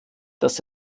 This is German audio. dass